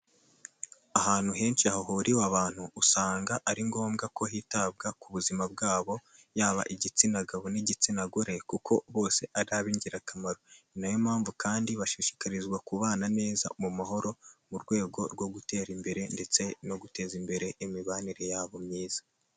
Ahantu henshi hahuriwe abantu usanga ari ngombwa ko hitabwa ku buzima bwabo yaba igitsina gabo n'igitsina gore, kuko bose ari ab'ingirakamaro, ni nayo mpamvu kandi bashishikarizwa kubana neza mu mahoro mu rwego rwo gutera imbere ndetse no guteza imbere imibanire yabo myiza.